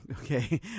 Okay